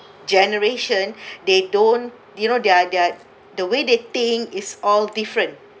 generation they don't you know their their the way they think is all different